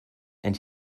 and